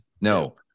No